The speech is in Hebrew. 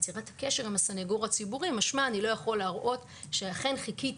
ליצירת הקשר עם הסנגור הציבורי משמע אני לא יכול להראות שאכן חיכיתי